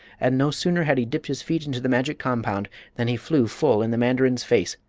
and no sooner had he dipped his feet into the magic compound than he flew full in the mandarin's face,